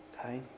Okay